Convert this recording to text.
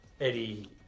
Eddie